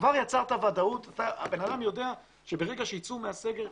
כבר יצרת ודאות והבן אדם יודע שברגע שיצאו מהסגר,